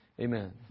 Amen